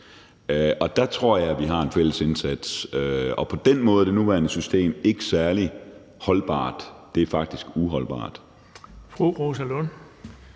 vi har en opgave i at lave en fælles indsats. På den måde er det nuværende system ikke særlig holdbart; det er faktisk uholdbart.